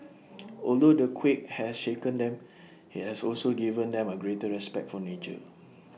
although the quake has shaken them IT has also given them A greater respect for nature